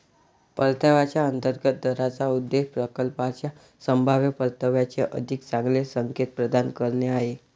परताव्याच्या अंतर्गत दराचा उद्देश प्रकल्पाच्या संभाव्य परताव्याचे अधिक चांगले संकेत प्रदान करणे आहे